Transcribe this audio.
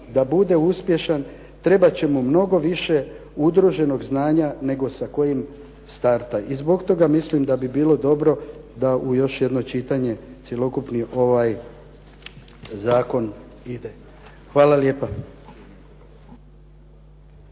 da bude uspješan trebat će mu mnogo više udruženog znanja nego sa kojim starta. I zbog toga mislim da bi bilo dobro da u još jedno čitanje cjelokupni ovaj zakon ide. Hvala lijepa.